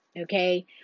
Okay